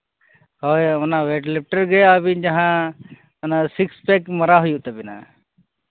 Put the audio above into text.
ᱦᱳᱭ ᱚᱱᱟ ᱳᱭᱮᱴᱞᱤᱯᱷᱴᱮᱨ ᱨᱮᱭᱟᱜ ᱟᱹᱵᱤᱱ ᱡᱟᱦᱟᱸ ᱥᱤᱠᱥ ᱯᱮᱠ ᱢᱟᱨᱟᱣ ᱦᱩᱭᱩᱜ ᱛᱟᱹᱵᱤᱱᱟ